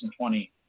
2020